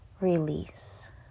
release